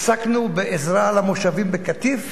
עסקנו בעזרה למושבים בקטיף.